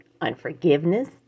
unforgiveness